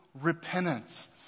repentance